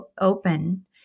open